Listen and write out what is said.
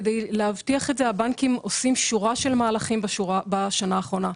כדי להבטיח את זה הבנקים עושים שורה של מהלכים בשנה האחרונה.